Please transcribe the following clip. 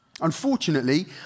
Unfortunately